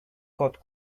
got